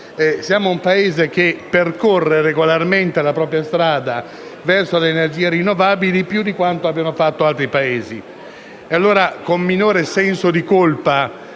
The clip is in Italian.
Siamo un Paese che percorre regolarmente la propria strada verso le energie rinnovabili più di quanto abbiano fatto altri Paesi. Allora, con minore senso di colpa